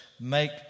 make